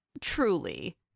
truly